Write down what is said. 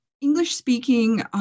English-speaking